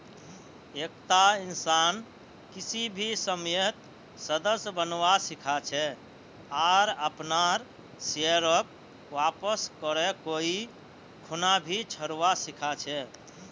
एकता इंसान किसी भी समयेत सदस्य बनवा सीखा छे आर अपनार शेयरक वापस करे कोई खूना भी छोरवा सीखा छै